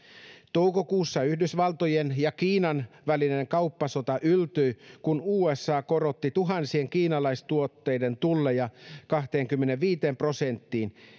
toukokuussa yhdysvaltojen ja kiinan välinen kauppasota yltyi kun usa korotti tuhansien kiinalaistuotteiden tulleja kahteenkymmeneenviiteen prosenttiin